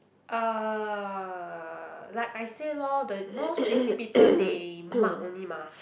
uh like I say lor the most J_C people they mug only mah